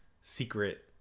secret